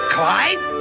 Clyde